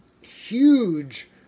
huge